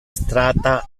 strata